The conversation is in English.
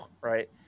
right